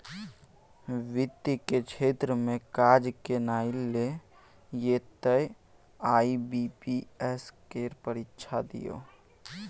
वित्त केर क्षेत्र मे काज केनाइ यै तए आई.बी.पी.एस केर परीक्षा दियौ